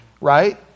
right